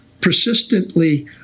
persistently